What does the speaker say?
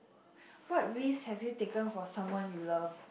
what risks have you taken for someone you love